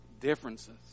differences